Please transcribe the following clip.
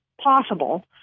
possible